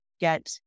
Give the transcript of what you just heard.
get